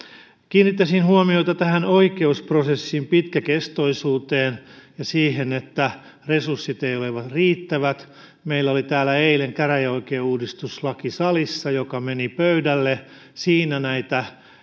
kiinnittäisin huomiota tähän oikeusprosessien pitkäkestoisuuteen ja siihen että resurssit eivät ole riittävät meillä oli täällä salissa eilen käräjäoikeusuudistuslaki joka meni pöydälle ja siinä näitä